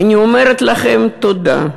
אני אומרת לכם תודה.